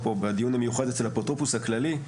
בדיון המיוחד אצל האפוטרופוס הכללי,